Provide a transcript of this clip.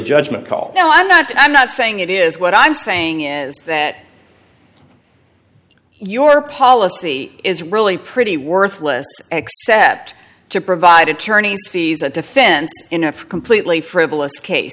judgment call you know i'm not i'm not saying it is what i'm saying is that your policy is really pretty worthless except to provide attorney's fees a defense in a completely frivolous case